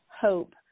hope